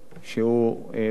שהוא בנק